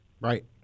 Right